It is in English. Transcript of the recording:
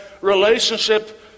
relationship